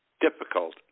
difficult